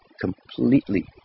completely